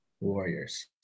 Warriors